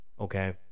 Okay